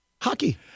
hockey